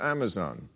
Amazon